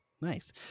nice